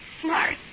Smart